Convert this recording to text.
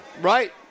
right